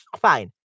fine